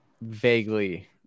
vaguely